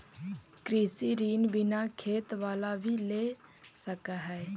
कृषि ऋण बिना खेत बाला भी ले सक है?